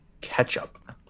Ketchup